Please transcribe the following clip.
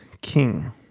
king